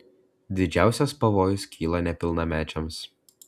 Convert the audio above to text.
didžiausias pavojus kyla nepilnamečiams